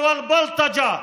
מכות ובריונות ופגיעה